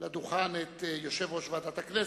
לדוכן את יושב-ראש ועדת הכנסת,